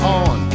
on